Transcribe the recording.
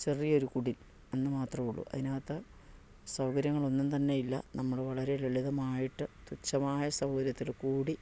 ചെറിയ ഒരു കുടിൽ അന്ന് മാത്രമേ ഉള്ളു അതിന് അകത്ത് സൗകര്യങ്ങൾ ഒന്നും തന്നെ ഇല്ല നമ്മൾ വളരെ ലളിതമായിട്ട് തുച്ഛമായ സൗകര്യത്തിൽ കൂടി